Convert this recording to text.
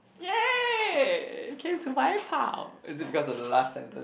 !yay! it came to my pile is it because of the last sentence